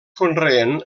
conreen